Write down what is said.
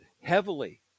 heavily